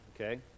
Okay